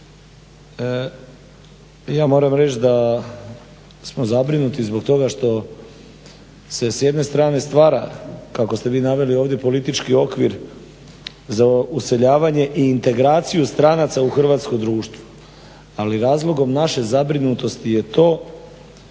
Ja moram reći da smo zabrinuti zbog toga što se s jedne strane stvara kako ste vi naveli ovdje politički okvir za useljavanje i integraciju stranaca u hrvatsko društvo. Ali razlogom naše zabrinutosti je to